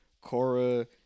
Cora